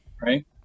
Right